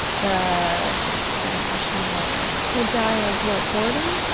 the second question was? they die of what, boredom?